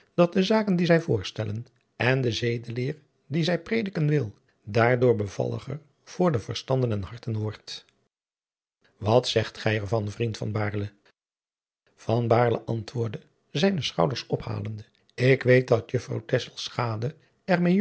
dat de zaken die zij voorstellen en de zedeleer die zij prediken wil daardoor bevalliger voor de verstanden en harten worden wat zegt gij er van vriend van baerle van baerle antwoordde zijne schouders ophalende ik weet dat juffrouw